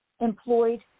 employed